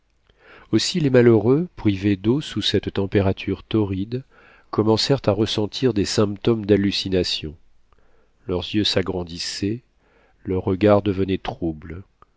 aussi les malheureux privés d'eau sous cette température torride commencèrent à ressentir des symptômes d'hallucination leurs yeux s'agrandissaient leur regard devenait trouble